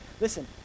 Listen